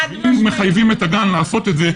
אם מחייבים את הגן לעשות את זה,